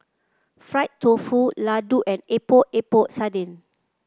Fried Tofu laddu and Epok Epok Sardin